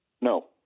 No